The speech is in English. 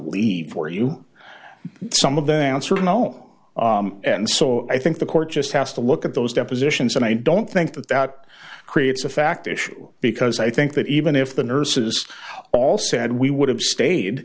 leave for you some of the answer no and so i think the court just has to look at those depositions and i don't think that that creates a fact issue because i think that even if the nurses all d said we would have stayed